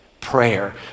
Prayer